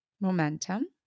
momentum